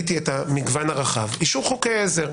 כאשר ראיתי את המגוון הרחב, אישור חוקי עזר.